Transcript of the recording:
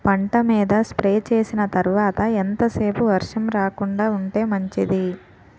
పంట మీద స్ప్రే చేసిన తర్వాత ఎంత సేపు వర్షం రాకుండ ఉంటే మంచిది?